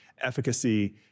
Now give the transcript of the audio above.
efficacy